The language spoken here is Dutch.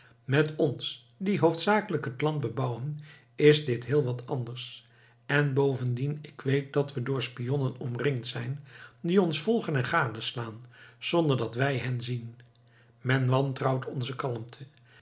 met ons die hoofdzakelijk het land bebouwen is dit heel wat anders en bovendien ik weet dat we door spionnen omringd zijn die ons volgen en gadeslaan zonder dat wij hen zien men wantrouwt onze kalmte